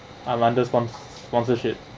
islanders spon~ sponsorship